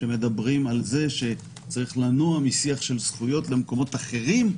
שאומרת שצריך לנוע משיח של זכויות למקומות אחרים,